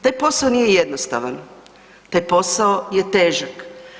Taj posao nije jednostavan, taj posao je težak.